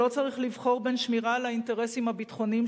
שלא צריך לבחור בין שמירה על האינטרסים הביטחוניים